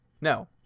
No